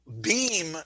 beam